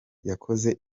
yakoze